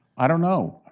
i don't know.